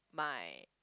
my